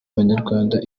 abanyarwanda